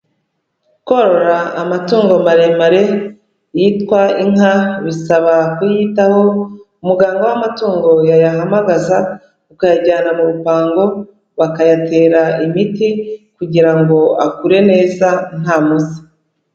Korora amatungo maremare yitwa inka, bisaba kuyitaho umuganga w'amatungo yayahamagaza ukayajyana mu rupango bakayatera imiti kugira ngo akure neza nta musa.